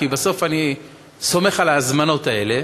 כי בסוף אני סומך על ההזמנות האלה,